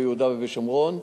ביהודה ובשומרון.